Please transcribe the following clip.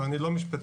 ואני לא משפטן,